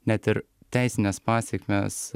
net ir teisines pasekmes